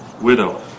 widow